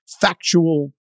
factual